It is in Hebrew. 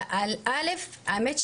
האמת,